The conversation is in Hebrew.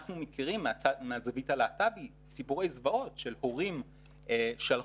אנחנו מכירים מהזווית הלהט"בית סיפורי זוועות של הורים שהלכו